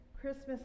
Christmas